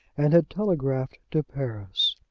and had telegraphed to paris.